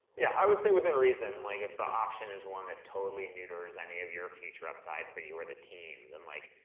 yeah, i would say within reason, like if the option is one that totally and neuters any of your future upside for you or the team, then like,